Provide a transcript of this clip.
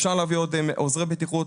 אפשר להביא עוד עוזרי בטיחות,